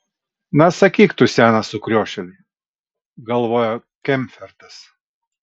na sakyk tu senas sukriošėli galvojo kemfertas